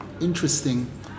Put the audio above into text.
Interesting